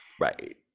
right